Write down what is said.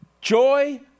Joy